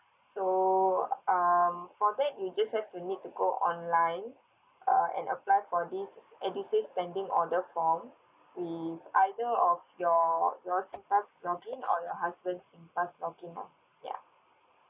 so um for that you just have to need to go online uh and apply for this edusave standing order form with either of your your singpass login or your husband singpass login lah ya